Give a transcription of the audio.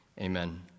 Amen